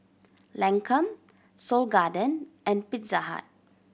Lancome Seoul Garden and Pizza Hut